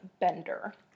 Bender